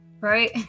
right